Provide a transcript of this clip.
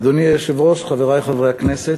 אדוני היושב-ראש, חברי חברי הכנסת,